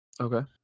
Okay